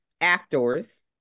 actors